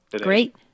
Great